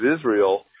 Israel